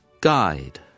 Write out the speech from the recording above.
Guide